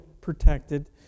protected